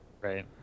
Right